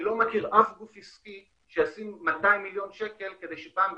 אני לא מכיר אף גוף עסקי שישים 200 מיליון שקל כדי שפעם ב-10,